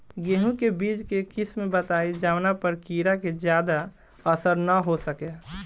गेहूं के बीज के किस्म बताई जवना पर कीड़ा के ज्यादा असर न हो सके?